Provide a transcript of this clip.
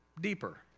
deeper